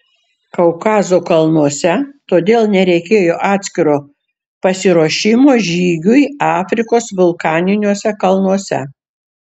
kaukazo kalnuose todėl nereikėjo atskiro pasiruošimo žygiui afrikos vulkaniniuose kalnuose